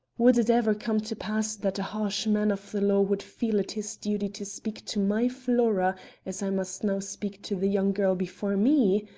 would it ever come to pass that a harsh man of the law would feel it his duty to speak to my flora as i must now speak to the young girl before me?